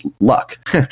luck